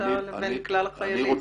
וסלתה לבין כלל החיילים.